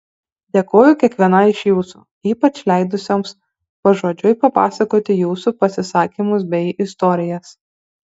dėkoju kiekvienai iš jūsų ypač leidusioms pažodžiui papasakoti jūsų pasisakymus bei istorijas